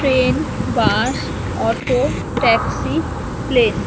train bus auto taxi plane